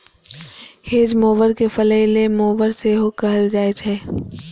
hedge mower कें flail mower सेहो कहल जाइ छै